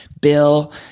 Bill